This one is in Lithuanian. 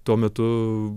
tuo metu